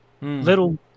little